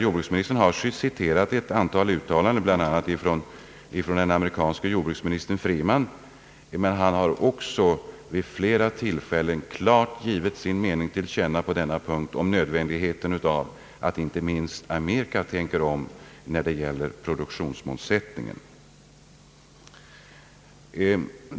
Jordbruksministern citerade ett antal uttalanden bl.a. av den amerikanske jordbruksministern Freeman, men jag skulle också kunna citera jordbruksministern, som vid flera tillfällen klart givit uttryck för sin mening om nödvändigheten av att inte minst USA tänker om beträffande produktionsmålsättningen.